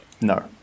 No